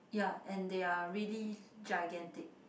ya and they are really gigantic